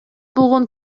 болгон